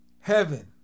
heaven